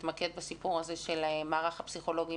שתתמקד בסיפור הזה של מערך הפסיכולוגים